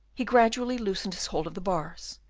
he gradually loosened his hold of the bars,